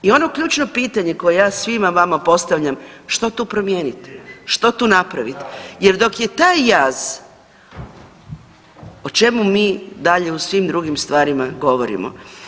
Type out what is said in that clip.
I ono ključno pitanje koje ja svima vama postavljam što tu promijeniti, što tu napravit, jer dok je taj jaz, o čemu mi dalje u svim drugim stvarima govorimo.